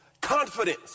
confidence